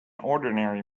ordinary